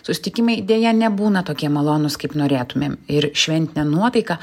susitikimai deja nebūna tokie malonūs kaip norėtumėm ir šventinę nuotaiką